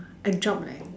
a job leh